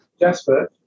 Jasper